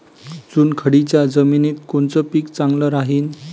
चुनखडीच्या जमिनीत कोनचं पीक चांगलं राहीन?